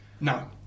No